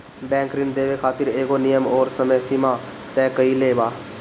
bank ऋण देवे खातिर एगो नियम अउरी समय सीमा तय कईले बा